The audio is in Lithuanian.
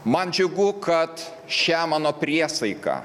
man džiugu kad šią mano priesaiką